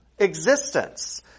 existence